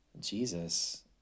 Jesus